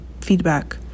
feedback